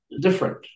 different